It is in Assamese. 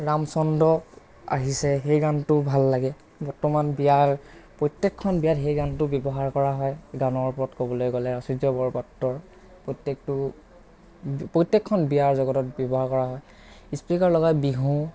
ৰামচন্দ্ৰ আহিছে সেই গানটো ভাল লাগে বৰ্তমান বিয়াৰ প্ৰত্যেকখন বিয়াত সেই গানটো ব্যৱহাৰ কৰা হয় গানৰ ওপৰত ক'বলৈ গ'লে আচুৰ্য বৰপাত্ৰৰ প্ৰত্যেকটো প্ৰত্যেকখন বিয়াৰ জগতত ব্যৱহাৰ কৰা হয় স্পীকাৰ লগাই বিহু